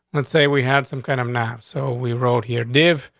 let's say we had some kind of knife. so we wrote here div.